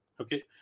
okay